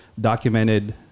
documented